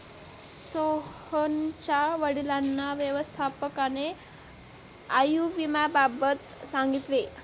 सोहनच्या वडिलांना व्यवस्थापकाने आयुर्विम्याबाबत सांगितले